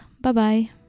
Bye-bye